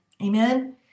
amen